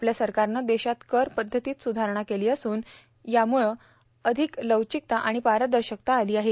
आपल्या सरकारनं देशात कर पध्दतीत स्धारणा केली ज्याम्ळं यात अधिक लवचिकता आणि पारदर्शकता आली आहे